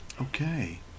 Okay